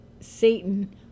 Satan